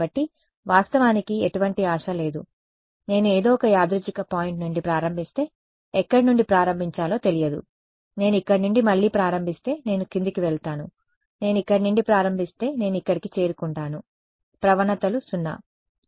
కాబట్టి వాస్తవానికి ఎటువంటి ఆశ లేదు నేను ఏదో ఒక యాదృచ్ఛిక పాయింట్ నుండి ప్రారంభిస్తే ఎక్కడ నుండి ప్రారంభించాలో తెలియదు నేను ఇక్కడ నుండి మళ్లీ ప్రారంభిస్తే నేను క్రిందికి వెళ్తాను నేను ఇక్కడ నుండి ప్రారంభిస్తే నేను ఇక్కడకు చేరుకుంటాను ప్రవణతలు 0